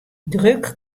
druk